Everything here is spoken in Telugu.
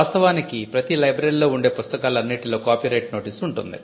వాస్తవానికి ప్రతీ లైబ్రరీలో ఉండే పుస్తకాలు అన్నింటిలో కాపీరైట్ నోటీసు ఉంటుంది